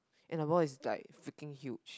and the ball is like freaking huge